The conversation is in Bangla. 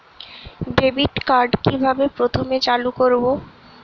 ডেবিটকার্ড কিভাবে প্রথমে চালু করব?